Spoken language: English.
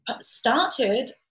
started